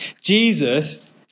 Jesus